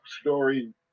story